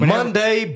Monday